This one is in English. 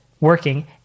working